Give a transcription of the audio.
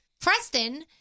Preston